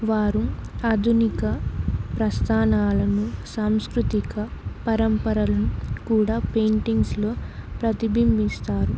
వారు ఆధునిక ప్రస్థానాలను సాంస్కృతిక పరంపరలను కూడా పెయింటింగ్స్లో ప్రతిబింబిస్తారు